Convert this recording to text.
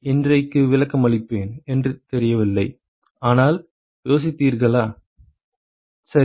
இன்றைக்கு விளக்கமளிப்பேன் என்று தெரியவில்லை ஆனால் யோசித்தீர்களா சரி